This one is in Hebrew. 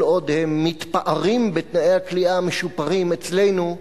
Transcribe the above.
כל עוד הם מתפארים בתנאי הכליאה המשופרים אצלנו,